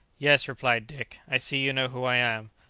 yes, replied dick i see you know who i am.